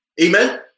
Amen